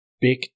big